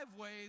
ways